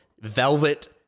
velvet